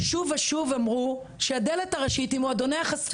שוב ושוב אמרו שהדלת הראשית היא מועדוני החשפנות.